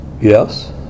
Yes